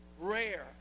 rare